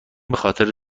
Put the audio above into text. بخاطر